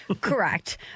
Correct